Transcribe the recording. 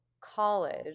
college